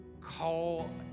Call